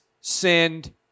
send